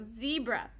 zebra